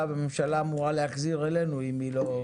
והממשלה אמורה להחזיר אלינו אם היא לא.